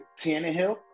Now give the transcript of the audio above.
Tannehill